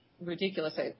ridiculous